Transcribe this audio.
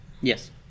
Yes